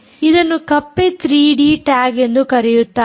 ಇದನ್ನು ಕಪ್ಪೆ 3ಡಿ ಟ್ಯಾಗ್ ಎಂದು ಕರೆಯುತ್ತಾರೆ